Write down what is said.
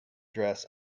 dress